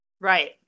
Right